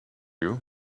you